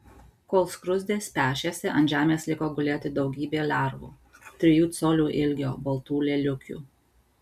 kol skruzdės pešėsi ant žemės liko gulėti daugybė lervų trijų colių ilgio baltų lėliukių